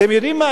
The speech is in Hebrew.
אתם יודעים מה?